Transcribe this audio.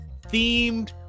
themed